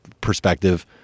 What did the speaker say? perspective